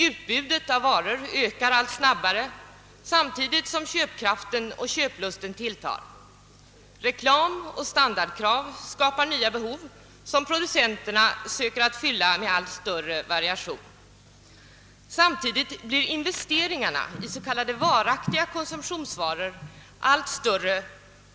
Utbudet av varor ökar allt snabbare, samtidigt som köpkraften och köplusten tilltar. Reklam och standardkrav skapar nya behov, som producenterna med allt större variation försöker tillgodose. Samtidigt blir investeringarna i så kallade varaktiga konsumtionsvaror allt större.